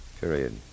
Period